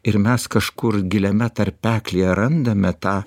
ir mes kažkur giliame tarpeklyje randame tą